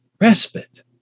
respite